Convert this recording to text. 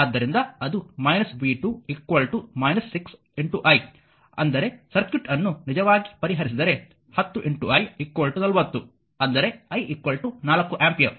ಆದ್ದರಿಂದ ಅದು v2 6 i ಅಂದರೆ ಸರ್ಕ್ಯೂಟ್ ಅನ್ನು ನಿಜವಾಗಿ ಪರಿಹರಿಸಿದರೆ 10 i 40 ಅಂದರೆ i 4 ಆಂಪಿಯರ್